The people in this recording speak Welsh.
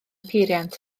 peiriant